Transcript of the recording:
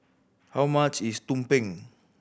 how much is tumpeng